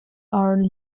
are